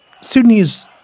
Sudanese